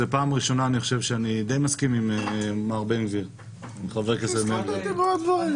זו פעם ראשונה שאני די מסכים עם חבר הכנסת בן גביר.